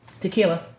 Tequila